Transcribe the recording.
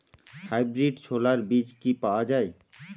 Hybrid ছোলার বীজ কি পাওয়া য়ায়?